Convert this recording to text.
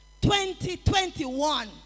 2021